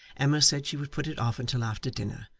emma said she would put it off until after dinner,